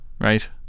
right